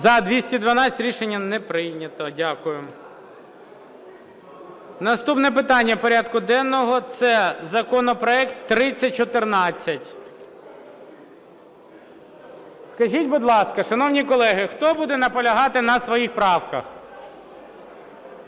За-212 Рішення не прийнято. Дякую. Наступне питання порядку денного – це законопроект 3014. Скажіть, будь ласка, шановні колеги, хто буде наполягати на своїх правках?